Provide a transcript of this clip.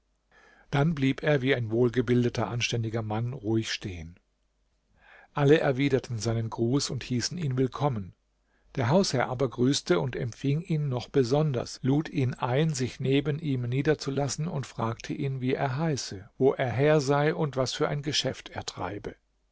dann blieb er wie ein wohlgebildeter anständiger mann ruhig stehen alle erwiderten seinen gruß und hießen ihn willkommen der hausherr aber grüßte und empfing ihn noch besonders lud in ein sich neben ihm niederzulassen und fragte ihn wie er heiße wo er her sei und was für ein geschäft er treibe